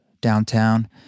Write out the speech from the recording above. downtown